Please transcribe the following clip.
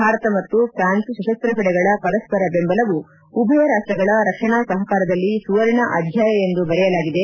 ಭಾರತ ಮತ್ತು ಫ್ರಾನ್ಸ್ ಸಶಸ್ತ ಪಡೆಗಳ ಪರಸ್ವರ ಬೆಂಬಲವು ಉಭಯ ರಾಷ್ಟಗಳ ರಕ್ಷಣಾ ಸಹಕಾರದಲ್ಲಿ ಸುವರ್ಣ ಅಧ್ವಾಯ ಎಂದು ಬರೆಯಲಾಗಿದೆ